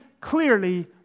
clearly